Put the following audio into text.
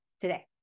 today